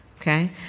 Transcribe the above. okay